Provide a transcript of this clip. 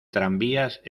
tranvías